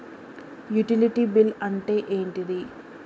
Utility bill అంటే ఏంటిది?